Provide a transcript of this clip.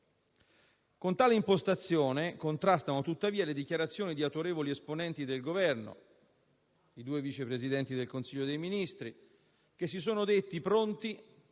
Con tale impostazione contrastano, tuttavia, le dichiarazioni di autorevoli esponenti del Governo, i due Vice Presidenti del Consiglio dei ministri, che si sono detti pronti